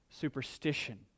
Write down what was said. superstition